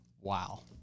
Wow